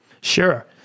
Sure